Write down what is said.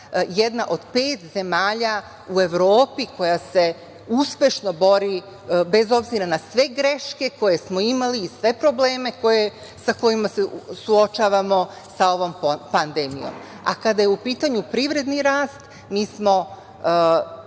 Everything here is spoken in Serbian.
jedna od pet zemalja u Evropi koja se uspešno bori, bez obzira na sve greške koje smo imali i sve probleme sa kojima se suočavamo, sa ovom pandemijom. Kada je u pitanju privredni rast, mi smo